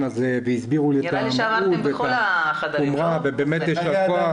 הזה והסבירו לי את המהות של החומרה ובאמת יישר כח.